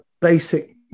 basic